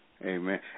Amen